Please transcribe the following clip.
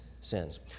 sins